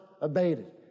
abated